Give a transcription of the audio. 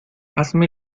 hazme